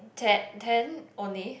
te~ ten only